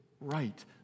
Right